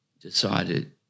decided –